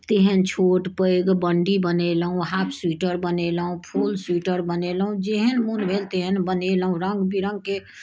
तेहन छोट पैघ बन्डी बनेलहुँ हाफ स्वीटर बनेलहुँ फूल स्वीटर बनेलहुँ जेहन मन भेल तेहन बनेलहुँ रङ्ग विरङ्गके